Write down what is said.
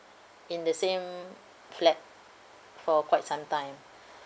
in the same flat for quite some time